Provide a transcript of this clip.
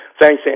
thanks